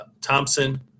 Thompson